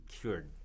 cured